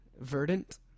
Verdant